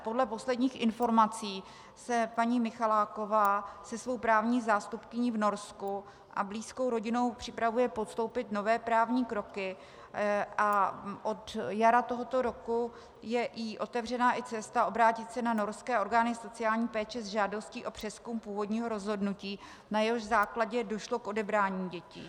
Podle posledních informací se paní Michaláková se svou právní zástupkyní v Norsku a blízkou rodinou připravuje podstoupit nové právní kroky a od jara tohoto roku je jí otevřena i cesta obrátit se na norské orgány sociální péče s žádostí o přezkum původního rozhodnutí, na jehož základě došlo k odebrání dětí.